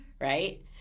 right